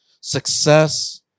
success